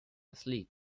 asleep